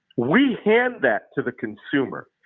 we hand that to the consumer.